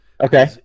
okay